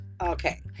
okay